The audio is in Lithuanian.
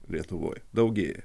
lietuvoj daugėja